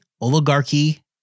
oligarchy